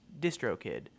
DistroKid